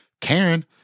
Karen